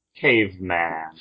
Caveman